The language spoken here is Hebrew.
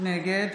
נגד